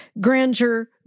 grandeur